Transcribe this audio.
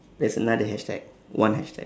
there's another hashtag one hashtag